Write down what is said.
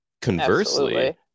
conversely